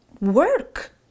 work